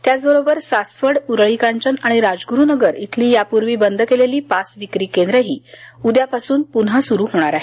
त्याचबरोबर सासवड उरळीकांचन आणि राजग्रुनगर इथंली यापूर्वी बंद केलेली पास विक्री केंद्रही उद्यापासून पुन्हा सुरू होणार आहेत